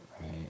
right